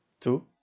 two